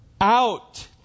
out